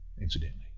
incidentally